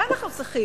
מה אנחנו צריכים?